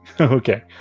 Okay